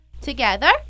Together